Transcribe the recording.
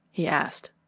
he asked.